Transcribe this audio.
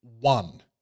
one